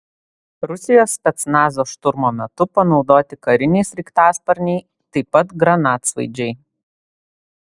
rusijos specnazo šturmo metu panaudoti kariniai sraigtasparniai taip pat granatsvaidžiai